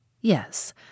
Yes